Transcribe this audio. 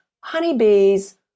honeybees